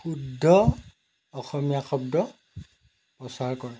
শুদ্ধ অসমীয়া শব্দ প্ৰচাৰ কৰে